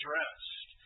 rest